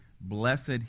blessed